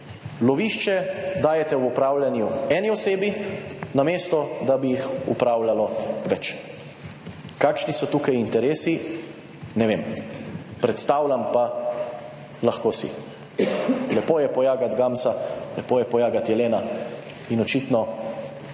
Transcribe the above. Lovišče dajete v upravljanju eni osebi, namesto, da bi jih upravljalo več. Kakšni so tukaj interesi, ne vem, predstavljam pa lahko si. Lepo je pojagati gamsa, lepo je pojagati jelena in očitno